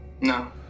No